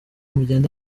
mugende